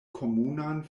komunan